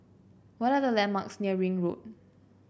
what are the landmarks near Ring Road